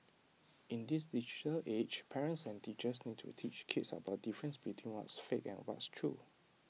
in this digital age parents and teachers need to teach kids about the difference between what's fake and what's true